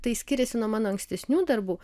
tai skiriasi nuo mano ankstesnių darbų